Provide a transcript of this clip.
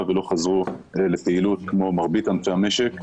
ולא חזרו לפעילות כמו מרבית ענפי המשק,